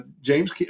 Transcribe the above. James